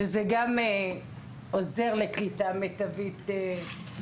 שגם הוא עוזר לקליטה מיטבית.